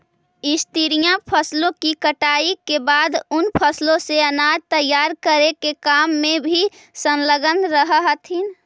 स्त्रियां फसलों की कटाई के बाद उन फसलों से अनाज तैयार करे के काम में भी संलग्न रह हथीन